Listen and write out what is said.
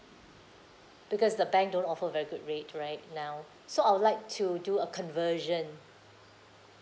because the bank don't offer very good rate right now so I would like to do a conversion